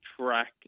track